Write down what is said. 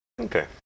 okay